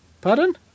Pardon